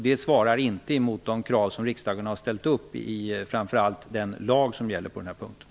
Det svarar inte emot de krav som riksdagen har ställt upp i framför allt den lag som gäller på den här punkten.